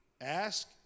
Ask